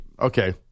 Okay